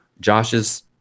Josh's